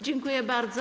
Dziękuję bardzo.